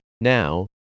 now